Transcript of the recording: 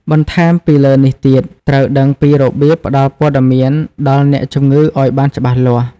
បន្ថែមពីលើនេះទៀត ត្រូវដឹងពីរបៀបផ្ដល់ព័ត៌មានដល់អ្នកជំងឺឲ្យបានច្បាស់លាស់។